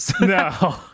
No